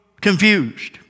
confused